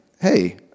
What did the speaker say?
hey